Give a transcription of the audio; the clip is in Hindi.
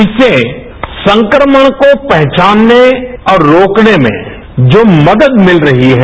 इससे संक्रमणको पहचानने और रोकने में जो मदद मिल रही है